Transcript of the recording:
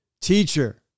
Teacher